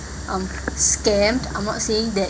um scammed I'm not saying that